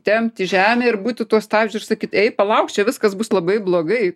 tempt į žemę ir būti tuo stabdžiu ir sakyt ei palauk čia viskas bus labai blogai